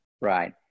Right